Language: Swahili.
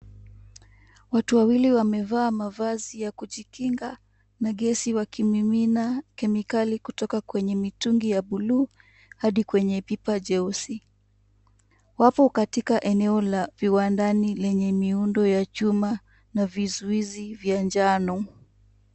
Watu wawili wamevaa mavazi ya kujikinga na gesi wakimimina kemikali kutoka kwenye mitungi ya buluu, hadi kwenye pipa jeusi. Wapo katika eneo la viwandani lenye miundo ya chuma na vizuizi vya njano.